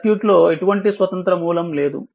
circuit లో ఎటువంటి స్వతంత్ర మూలం లేదు